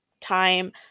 time